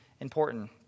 important